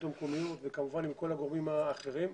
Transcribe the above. המקומיות וכמובן עם כל הגורמים האחרים.